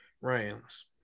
Rams